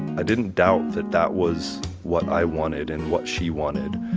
i didn't doubt that that was what i wanted and what she wanted.